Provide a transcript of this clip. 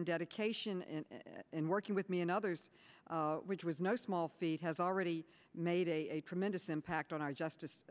and dedication in working with me and others which was no small feat has already made a tremendous impact on our justice